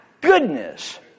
goodness